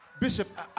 Bishop